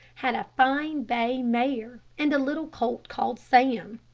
had a fine bay mare and a little colt called sam.